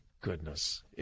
goodness